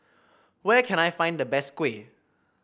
where can I find the best kuih